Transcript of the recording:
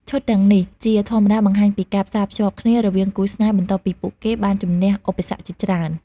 ឈុតទាំងនេះជាធម្មតាបង្ហាញពីការផ្សារភ្ជាប់គ្នារវាងគូស្នេហ៍បន្ទាប់ពីពួកគេបានជម្នះឧបសគ្គជាច្រើន។